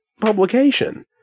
publication